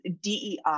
DEI